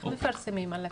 איך מפרסמים על הקו?